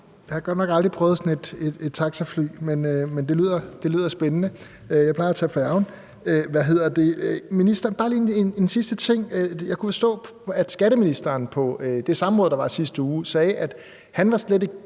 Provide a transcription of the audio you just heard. Jeg har godt nok aldrig prøvet sådan et taxafly, men det lyder spændende. Jeg plejer at tage færgen. Jeg vil bare lige spørge ministeren om en sidste ting. Jeg kunne forstå, at skatteministeren på det samråd, der var i sidste uge, sagde, at han slet ikke